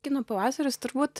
kino pavasaris turbūt